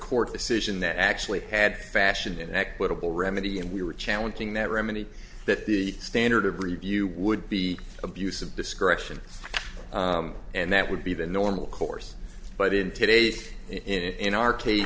court decision that actually had fashioned an equitable remedy and we were challenging that remedy that the standard of review would be abuse of discretion and that would be the normal course but in today's in our case